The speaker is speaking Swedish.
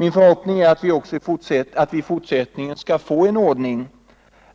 Min förhoppning är att vi i fortsättningen skall få en ordning